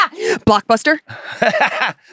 blockbuster